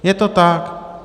Je to tak.